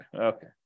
Okay